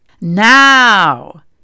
Now